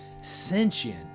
sentient